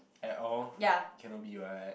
ya